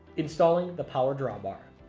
installing the power drawbar